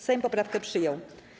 Sejm poprawkę przyjął.